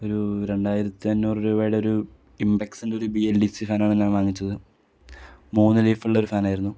ഒരു രണ്ടായിരത്തി അഞ്ഞൂറ് രൂപയുടെ ഒരു ഇമ്പെക്സിൻ്റെ ഒരു ബി എൽ ഡി സി ഫാനാണ് ഞാൻ വാങ്ങിച്ചത് മൂന്ന് ലീഫ് ഉള്ള ഒരു ഫാനായിരുന്നു